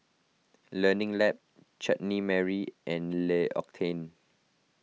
Learning Lab Chutney Mary and L'Occitane